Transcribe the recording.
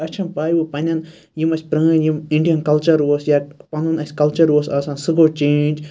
اَسہِ چھَنہٕ پاے وۄنۍ پَننٮ۪ن یِم اَسہِ پرٲنۍ یِم اِنڈیَن کَلچَر اوس یا پَنُن اَسہِ کَلچَر اوس آسان سُہ گوٚو چینٛج